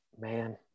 man